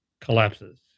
collapses